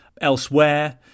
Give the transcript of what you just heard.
elsewhere